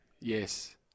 Yes